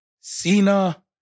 Cena